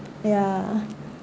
ya